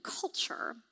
culture